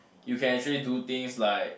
you can actually do things like